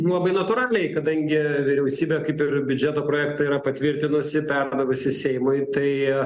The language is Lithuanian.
labai natūraliai kadangi vyriausybė kaip ir biudžeto projektą yra patvirtinusi perdavusi seimui tai